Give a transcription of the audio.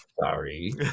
sorry